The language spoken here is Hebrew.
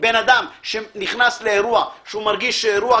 בן אדם שנכנס לאירוע גפ"מ,